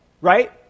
right